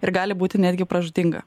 ir gali būti netgi pražūtinga